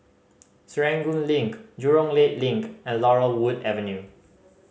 Serangoon Link Jurong Lake Link and Laurel Wood Avenue